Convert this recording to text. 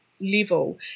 level